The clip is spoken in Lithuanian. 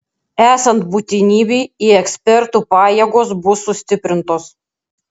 esant būtinybei į ekspertų pajėgos bus sustiprintos